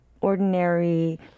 ordinary